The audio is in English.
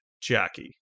Jackie